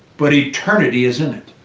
but eternity is in it.